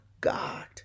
God